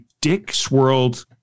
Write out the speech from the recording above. dick-swirled